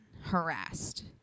harassed